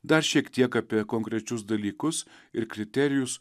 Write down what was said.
dar šiek tiek apie konkrečius dalykus ir kriterijus